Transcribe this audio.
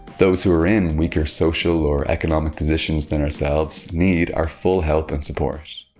those who are in weaker social or economic positions than ourselves need our full help and support.